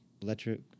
Electric